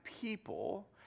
people